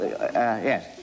yes